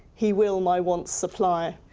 he will my wants supply.